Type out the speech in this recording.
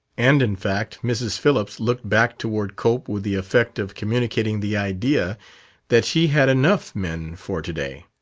and in fact mrs. phillips looked back toward cope with the effect of communicating the idea that she had enough men for to-day.